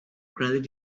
credit